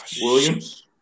Williams